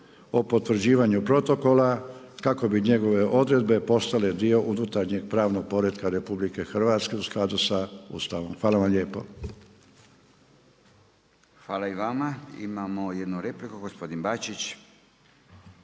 o potvrđivanju protokola kako bi njegove odredbe postale dio unutarnjeg pravnog poretka RH u skladu sa Ustavom. Hvala vam lijepo. **Radin, Furio (Nezavisni)** Hvala i vama. Imamo jednu repliku gospodin Bačić.